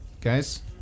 guys